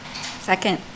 Second